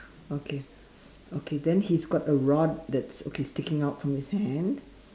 okay okay then he's got a rod that is okay sticking out from his hand